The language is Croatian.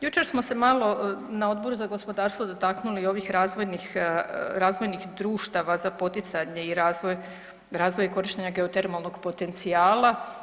Jučer smo se malo na Odboru za gospodarstvo dotaknuli i ovih razvojnih, razvojnih društava za poticanje i razvoj, razvoj i korištenje geotermalnog potencijala.